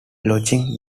lodging